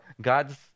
God's